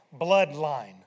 bloodline